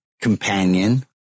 Companion